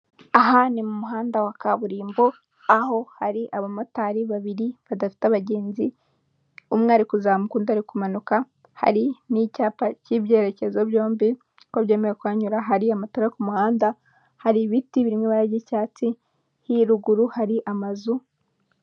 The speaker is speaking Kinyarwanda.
Aha ni mu muhanda wa kaburimbo aho hari abamotari babiri badafite abagenzi, umwe ari kuzamuka undi ari kumanuka, hari n'icyapa k'ibyerekezo byombi ko byemewe kuhanyura, hari amatara ku muhanda hari ibiti biri mu ibara ry'icyatsi haruguru hari amazu.